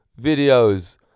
videos